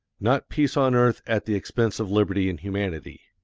not peace on earth at the expense of liberty and humanity.